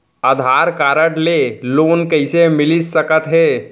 आधार card ले loan कइसे मिलिस सकत हे?